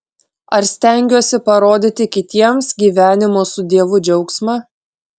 ar stengiuosi parodyti kitiems gyvenimo su dievu džiaugsmą